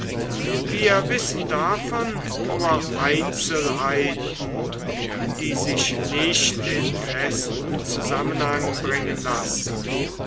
wir wissen davon nur einzelheiten die sich nicht in festen zusammenhang bringen lassen